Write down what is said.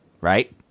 Right